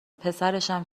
پسرشم